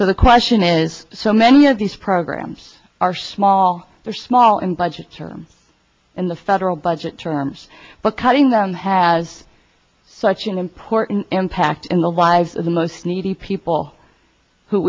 so the question is so many of these programs are small they're small in budget terms in the federal budget terms but cutting them has such an important impact in the lives of the most needy people who